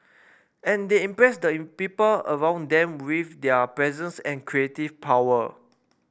and they impress the people around them with their presence and creative power